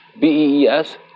B-E-E-S